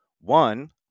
One